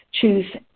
Choose